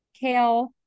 kale